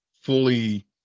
fully